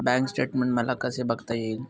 Bank statement मला कसे बघता येईल?